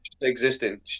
existing